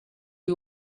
you